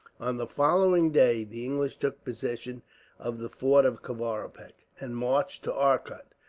on the following day, the english took possession of the fort of kavaripak, and marched to arcot.